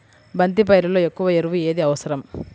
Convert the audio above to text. బంతి పైరులో ఎక్కువ ఎరువు ఏది అవసరం?